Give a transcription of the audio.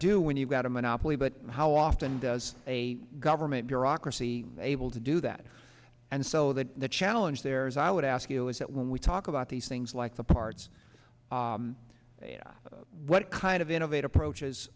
do when you've got a monopoly but how often does a guy we're mature ocracy able to do that and so that the challenge there is i would ask you is that when we talk about these things like the parts what kind of innovative approaches